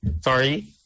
Sorry